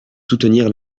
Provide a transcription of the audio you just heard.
soutenir